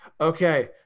Okay